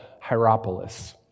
Hierapolis